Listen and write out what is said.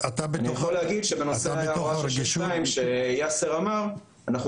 אני יכול להגיד שבנושא הוראה 6.2 שיאסר אמר אנחנו